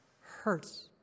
hurts